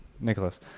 Nicholas